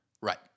Right